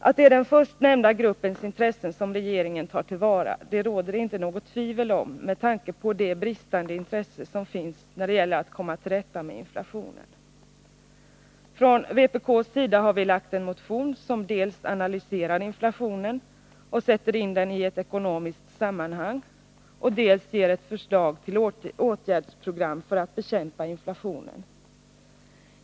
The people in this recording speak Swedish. Att det är den först nämnda gruppens intressen som regeringen tar till vara råder det inte något tvivel om med tanke på det bristande intresse som finns när det gäller att komma till rätta med inflationen. Från vpk:s sida har vi lagt fram en motion, som dels analyserar inflationen och sätter in den i ett ekonomiskt sammanhang, dels ger ett förslag till åtgärdsprogram för att bekämpa den.